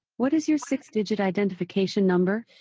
what is your six digit identification number?